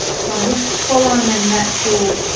so i'm just following the natural